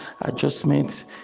adjustments